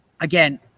again